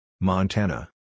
Montana